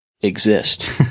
exist